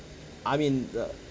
I mean the